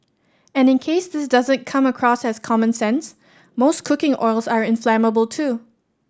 and in case this doesn't come across as common sense most cooking oils are inflammable too